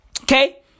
Okay